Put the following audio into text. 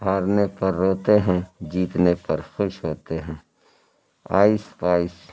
ہارنے پر روتے ہیں جیتنے پر خوش ہوتے ہیں آئس پائیس